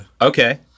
Okay